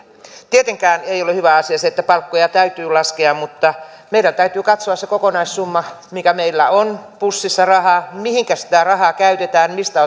tietenkään ei ole hyvä asia se että palkkoja täytyy laskea mutta meidän täytyy katsoa se kokonaissumma mikä meillä on pussissa rahaa mihinkä sitä rahaa käytetään mistä